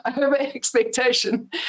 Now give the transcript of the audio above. over-expectation